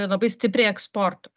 labai stipriai eksportu